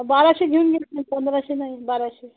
बाराशे घेऊन घे ना पंधराशे नाही बाराशे